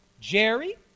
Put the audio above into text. Jerry